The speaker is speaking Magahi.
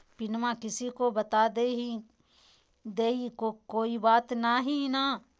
पिनमा किसी को बता देई तो कोइ बात नहि ना?